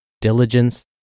diligence